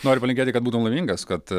noriu palinkėti kad būtum laimingas kad